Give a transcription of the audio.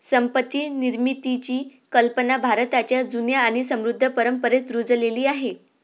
संपत्ती निर्मितीची कल्पना भारताच्या जुन्या आणि समृद्ध परंपरेत रुजलेली आहे